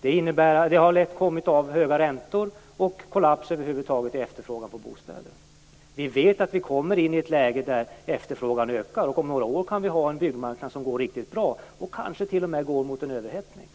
Det har kommit av höga räntor och kollaps över huvud taget i efterfrågan på bostäder. Vi vet att vi kommer in i ett läge där efterfrågan ökar, och om några år kan vi ha en byggmarknad som går riktigt bra och kanske t.o.m. går mot en överhettning.